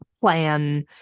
plan